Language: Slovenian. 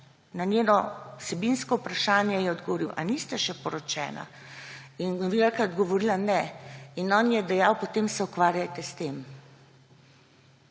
Na njeno vsebinsko vprašanje je odgovor, a niste še poročeni! in novinarka je odgovorila, da ne. In on je dejal: »Potem se ukvarjajte s tem.«